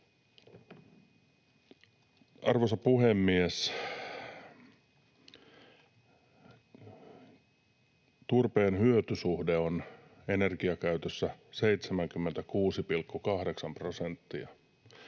Arvoisa puhemies! Turpeen hyötysuhde on energiakäytössä 76,8 prosenttia,